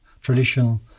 traditional